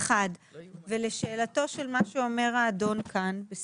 לשאלתו של מר גופמן, אני אענה.